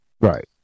Right